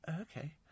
okay